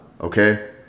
okay